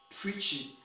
preaching